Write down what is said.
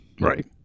Right